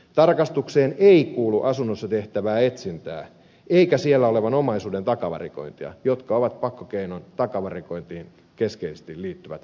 tarkastukseen ei kuulu asunnossa tehtävää etsintää eikä siellä olevan omaisuuden takavarikointia jotka ovat pakkokeinoin takavarikointiin keskeisesti liittyvät elementit